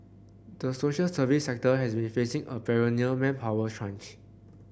the social service sector has been facing a perennial manpower crunch